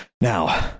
Now